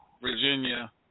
Virginia